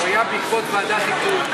היה בעקבות ועדת איתור.